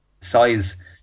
size